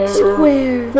square